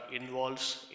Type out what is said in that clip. involves